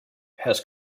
has